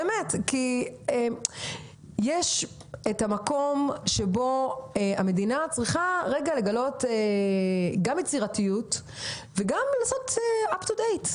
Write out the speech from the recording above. כי יש את המקום שבו המדינה צריכה לגלות יצירתיות וגם לנסות להתעדכן.